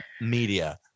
media